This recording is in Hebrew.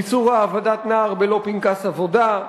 איסור העבדת נער בלא פנקס עבודה,